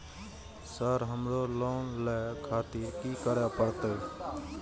Sir हमरो loan ले खातिर की करें परतें?